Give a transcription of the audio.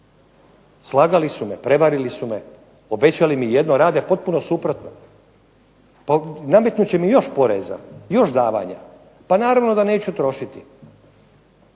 Slagali su me, prevarili su me, obećali mi jedno a rade potpuno suprotno. Nametnut će mi još poreza, još davanja. Pa naravno da neću trošiti,